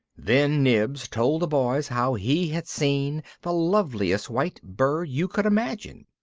then nibs told the boys how he had seen the loveliest white bird you could imagine.